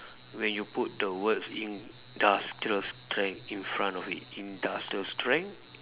when you put the words industrial strength in front of it industrial strength